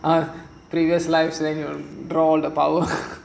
ah previous lives than your brawl the power